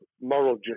moral